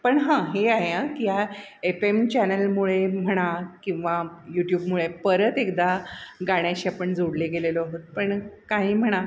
पण हां हे आहे हां की ह्या एफ एम चॅनलमुळे म्हणा किंवा यूट्यूबमुळे परत एकदा गाण्याशी आपण जोडले गेलेलो होत पण काही म्हणा